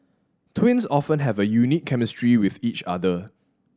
twins often have a unique chemistry with each other